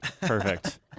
Perfect